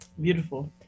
beautiful